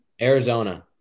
Arizona